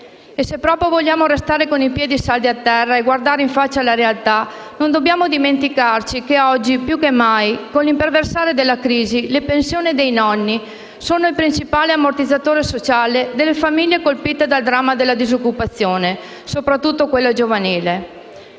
Se proprio vogliamo restare con i piedi saldi a terra e guardare in faccia la realtà, non dobbiamo dimenticare che, oggi più che mai, con l'imperversare della crisi, le pensioni dei nonni sono il principale ammortizzatore sociale delle famiglie colpite dal dramma della disoccupazione, sopratutto quella giovanile.